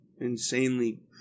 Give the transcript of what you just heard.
insanely